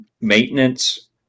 maintenance